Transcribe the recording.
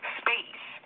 space